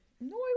No